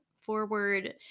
forward